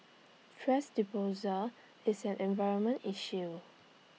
thrash disposal is an environmental issue